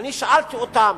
אני שאלתי אותם,